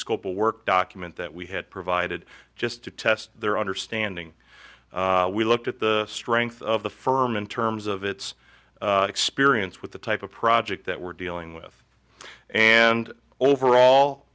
scope of work document that we had provided just to test their understanding we looked at the strength of the firm in terms of its experience with the type of project that we're dealing with and overall